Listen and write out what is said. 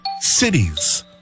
cities